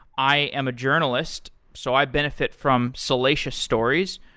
i am a journalist, so i benefit from salacious stories.